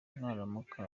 naramuka